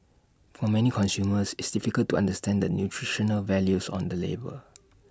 for many consumers it's difficult to understand the nutritional values on the label